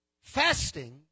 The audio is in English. Fasting